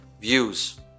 views